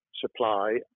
supply